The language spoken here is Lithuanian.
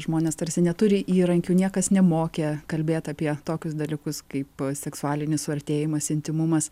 žmonės tarsi neturi įrankių niekas nemokė kalbėt apie tokius dalykus kaip seksualinis suartėjimas intymumas